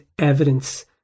evidence